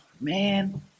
man